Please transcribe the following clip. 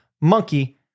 monkey